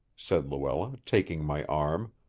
said luella, taking my arm,